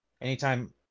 Anytime